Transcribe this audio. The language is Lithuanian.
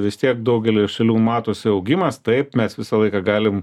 vis tiek daugelyje šalių matosi augimas taip mes visą laiką galim